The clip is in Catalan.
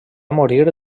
morir